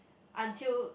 until